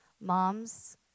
Moms